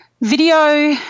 Video –